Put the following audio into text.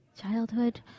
childhood